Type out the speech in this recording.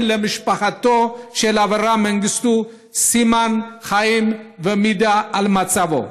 למשפחתו של אברה מנגיסטו סימן חיים ומידע על מצבו.